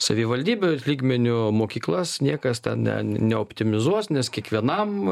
savivaldybių lygmeniu mokyklas niekas ten ne neoptimizuos nes kiekvienam